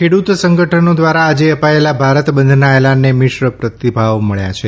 ખેડૂત સંગઠનો દ્વારા આજે અપાયેલા ભારત બંધના એલાનને મિશ્ર પ્રતિભાવ મળ્યા છે